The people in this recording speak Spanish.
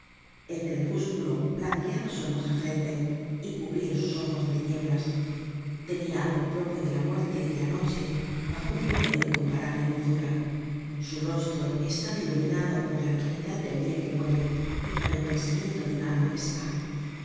el crepúsculo blanqueaba su hermosa frente y cubria sus ojos de tinieblas tenia algo propio de la muerte y de la noche bajo un velo de incomparable dulzura su rostro estaba iluminado por la claridad del dia que muere y por el pensamiento de un alma que se va